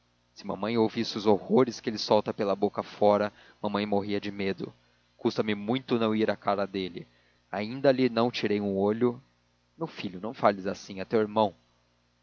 se mamãe ouvisse os horrores que ele solta pela boca fora mamãe morria de medo custa-me muito não ir à cara dele ainda lhe não tirei um olho meu filho não fales assim é teu irmão